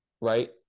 right